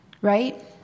right